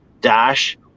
dash